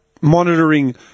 monitoring